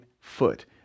foot